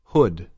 Hood